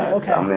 okay.